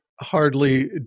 hardly